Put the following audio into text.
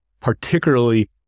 particularly